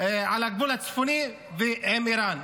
הגבול הצפוני ועם איראן?